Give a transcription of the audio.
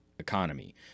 economy